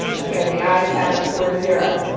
okay, the ayes have it, four, zero.